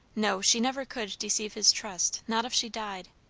no, she never could deceive his trust, not if she died.